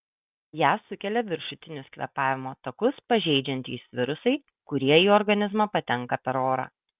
ją sukelia viršutinius kvėpavimo takus pažeidžiantys virusai kurie į organizmą patenka per orą